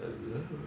hello